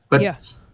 Yes